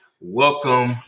Welcome